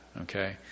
Okay